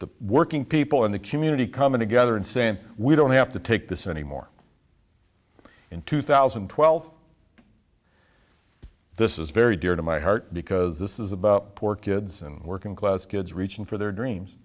the working people in the community coming together and saying we don't have to take this anymore in two thousand and twelve this is very dear to my heart because this is about poor kids and working class kids reaching for their dreams